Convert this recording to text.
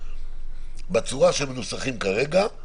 בצורה שהם מנוסחים כרגע,